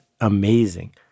amazing